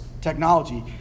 technology